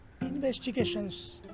investigations